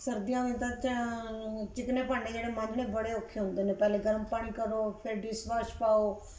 ਸਰਦੀਆਂ ਵਿੱਚ ਤਾਂ ਚੀਕਨੇ ਭਾਂਡੇ ਜਿਹੜੇ ਮਾਂਜਣੇ ਔਖੇ ਹੁੰਦੇ ਨੇ ਪਹਿਲੇ ਗਰਮ ਪਾਣੀ ਕਰੋ ਫਿਰ ਡਿਸ਼ਵਾਸ਼ ਪਾਓ ਫਿਰ